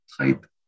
type